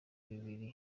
bibiri